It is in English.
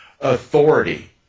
authority